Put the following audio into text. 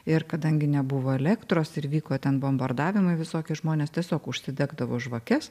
ir kadangi nebuvo elektros ir vyko ten bombardavimai visokie žmonės tiesiog užsidegdavo žvakes